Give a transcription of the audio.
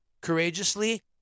courageously